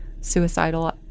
suicidal